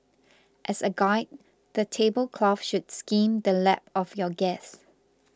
as a guide the table cloth should skim the lap of your guests